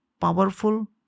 powerful